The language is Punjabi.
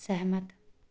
ਸਹਿਮਤ